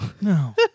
No